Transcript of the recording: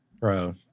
Bro